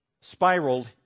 spiraled